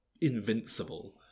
invincible